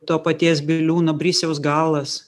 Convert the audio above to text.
to paties biliūno brisiaus galas